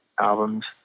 albums